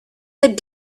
that